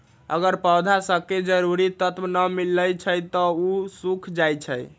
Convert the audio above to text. अगर पौधा स के जरूरी तत्व न मिलई छई त उ सूख जाई छई